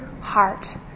heart